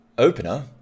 opener